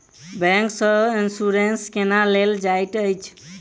bank सँ insurance केना लेल जाइत अछि